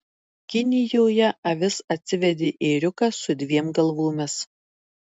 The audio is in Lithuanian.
kinijoje avis atsivedė ėriuką su dviem galvomis